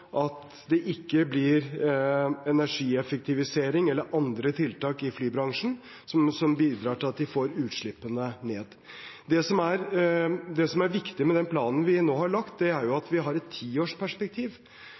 at det ikke blir energieffektivisering eller andre tiltak i flybransjen som bidrar til at vi får utslippene ned. Det som er viktig med den planen vi nå har lagt, er at vi har et tiårsperspektiv. Vi gjør dette fordi vi mener det er